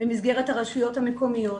במסגרת הרשויות המקומיות,